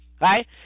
right